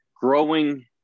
growing